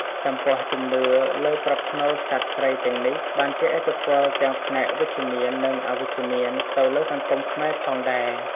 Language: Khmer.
ចំពោះ ជំនឿលើប្រផ្នូលសត្វព្រៃទាំងនេះបានជះឥទ្ធិពលទាំងផ្នែកវិជ្ជមាន និងអវិជ្ជមានទៅលើសង្គមខ្មែរផងដែរ។